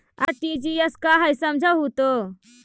RTGS का है समझाहू तो?